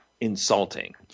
insulting